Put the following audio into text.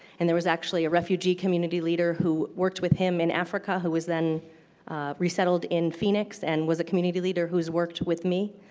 and there was actually a refugee community leader who worked with him in africa who was then resettled in phoenix and was a community leader who has worked with me.